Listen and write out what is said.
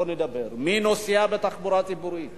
מי נוסע בתחבורה ציבורית